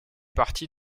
partie